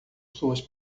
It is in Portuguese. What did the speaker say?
suas